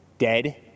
dead